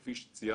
כפי שציינתי,